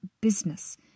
business